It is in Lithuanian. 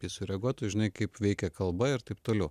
jis sureaguotų žinai kaip veikia kalba ir taip toliau